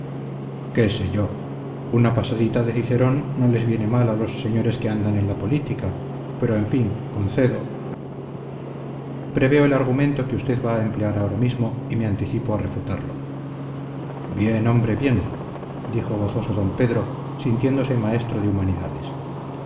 qué sé yo una pasadita de cicerón no les viene mal a los señores que andan en la política pero en fin concedo preveo el argumento que usted va a emplear ahora mismo y me anticipo a refutarlo bien hombre bien dijo gozoso d pedro sintiéndose maestro de humanidades